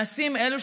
מעשים אלו,